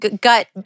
gut